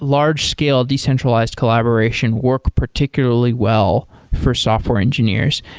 large scale decentralized collaboration work particularly well for software engineers.